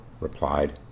replied